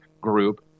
group